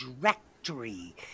directory